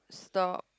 stop